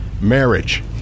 marriage